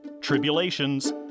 tribulations